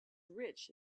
rich